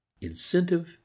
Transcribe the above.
incentive